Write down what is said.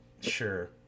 Sure